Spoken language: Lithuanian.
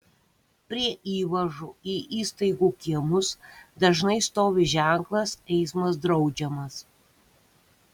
prie įvažų į įstaigų kiemus dažnai stovi ženklas eismas draudžiamas